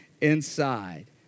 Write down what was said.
inside